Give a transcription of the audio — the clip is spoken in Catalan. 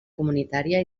comunitària